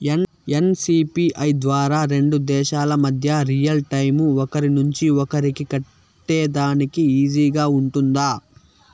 NCPI ద్వారా రెండు దేశాల మధ్య రియల్ టైము ఒకరి నుంచి ఒకరికి కట్టేదానికి ఈజీగా గా ఉంటుందా?